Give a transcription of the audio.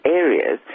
areas